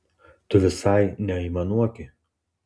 tu visai neaimanuoki